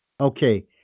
Okay